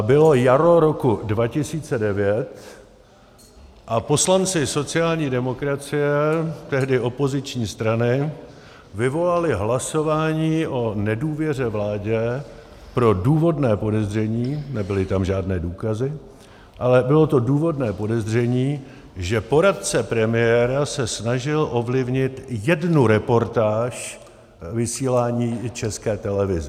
Bylo jaro roku 2009 a poslanci sociální demokracie, tehdy opoziční strany, vyvolali hlasování o nedůvěře vládě pro důvodné podezření, nebyly tam žádné důkazy, ale bylo to důvodné podezření, že poradce premiéra se snažil ovlivnit jednu reportáž vysílání České televize.